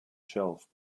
shelf